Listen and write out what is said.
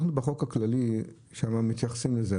אנחנו בחוק הכללי שם מתייחסים לזה.